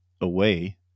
away